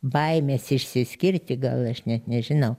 baimės išsiskirti gal aš net nežinau